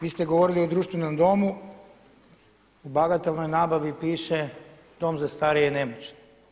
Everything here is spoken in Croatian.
Vi ste govorili o društvenom domu, u bagatelnoj nabavi piše dom za starije i nemoćne.